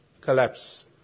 collapse